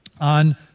on